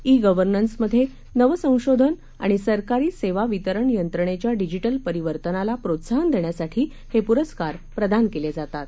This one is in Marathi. ई गव्हर्नन्समध्ये नवसंशोधन आणि सरकारी सेवा वितरण यंत्रणेच्या डिजिक्रि परिवर्तनाला प्रोत्साहन देण्यासाठी हे पुरस्कार प्रदान केले जातात